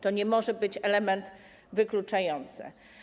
To nie może być element wykluczający.